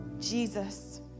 Jesus